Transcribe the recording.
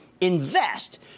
invest